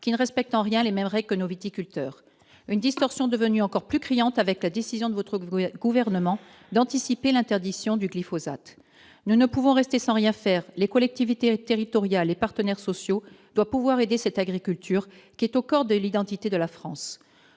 qui ne respectent en rien les mêmes et que nos viticulteurs une distorsion devenue encore plus criante avec la décision de votre goût et gouvernement d'anticiper l'interdiction du glyphosate, nous ne pouvons rester sans rien faire, les collectivités territoriales, les partenaires sociaux doit pouvoir aider cette agriculture qui est au coeur de l'identité de la France